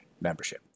membership